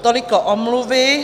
Toliko omluvy.